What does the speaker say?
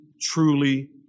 truly